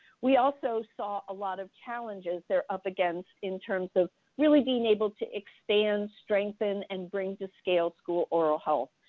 we also saw a lot of challenges they are up against in terms of really being able to expand, strengthen, and bring to scale school oral health.